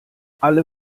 alle